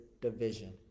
division